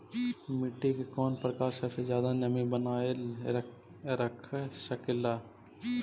मिट्टी के कौन प्रकार सबसे जादा नमी बनाएल रख सकेला?